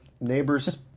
neighbor's